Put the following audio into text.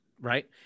Right